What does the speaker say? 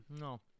No